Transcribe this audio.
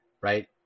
right